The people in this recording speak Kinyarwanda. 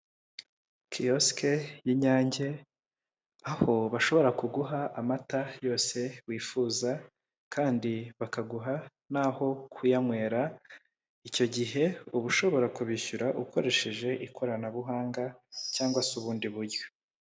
kiwosike y'inyange, aho bashobora kuguha amata yose wifuza, kandi bakaguha n'aho kuyanywera, icyo gihe uba ushobora kubishyura ukoresheje ikoranabuhanga, cyangwa se ubundi buryo.